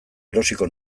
erosiko